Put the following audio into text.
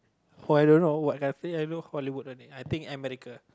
who I don't know what I say I know Hollywood only I think America